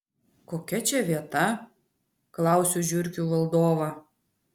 kokia čia vieta klausiu žiurkių valdovą